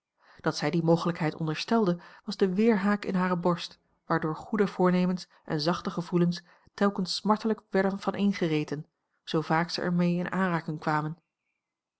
dat zij die mogelijkheid onderstelde was de weerhaak in hare borst waardoor goede voornemens en zachte gevoelens telkens smartelijk werden vaneengereten zoo vaak zij er mee in aanraking kwamen